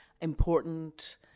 important